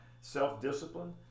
self-discipline